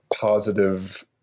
positive